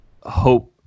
hope